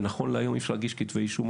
ונכון להיום אי אפשר להגיש עליהם כתבי אישום,